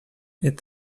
est